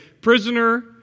prisoner